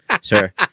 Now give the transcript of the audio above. Sure